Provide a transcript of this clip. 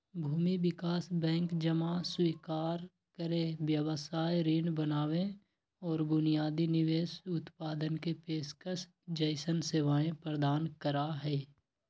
भूमि विकास बैंक जमा स्वीकार करे, व्यवसाय ऋण बनावे और बुनियादी निवेश उत्पादन के पेशकश जैसन सेवाएं प्रदान करा हई